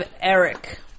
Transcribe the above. Eric